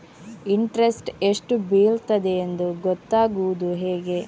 Interest ಎಷ್ಟು ಬೀಳ್ತದೆಯೆಂದು ಗೊತ್ತಾಗೂದು ಹೇಗೆ?